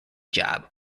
job